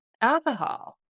alcohol